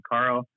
Carl